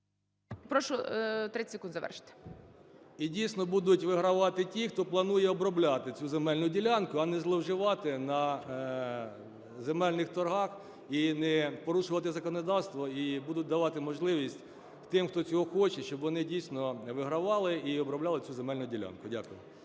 І, дійсно, будуть вигравати ті, хто планує обробляти цю земельну ділянку, а не зловживати на земельних торгах і не порушувати законодавство, і будуть давати можливість тим, хто цього хоче, щоб вони, дійсно, вигравали і обробляли цю земельну ділянку. Дякую.